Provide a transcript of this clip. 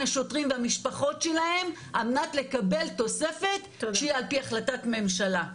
השוטרים והמשפחות שלהם על מנת לקבל תוספת שהיא על פי החלטת ממשלה?